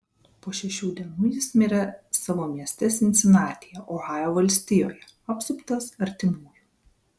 po šešių dienų jis mirė savo mieste sinsinatyje ohajo valstijoje apsuptas artimųjų